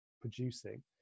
producing